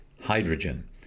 Hydrogen